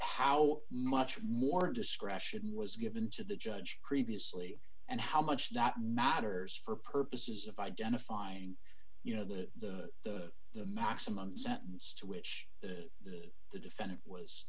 how much more discretion was given to the judge previously and how much that matters for purposes of identifying you know the the the maximum sentence to which the the defendant was